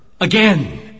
Again